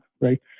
right